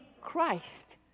Christ